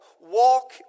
Walk